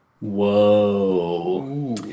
whoa